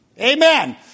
Amen